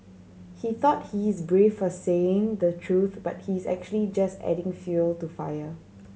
he thought he's brave for saying the truth but he's actually just adding fuel to fire